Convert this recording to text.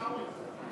עיסאווי,